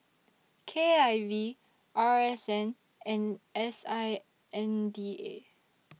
K I V R S N and S I N D A